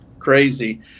crazy